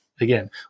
again